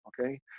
Okay